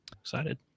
Excited